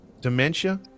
dementia